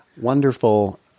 wonderful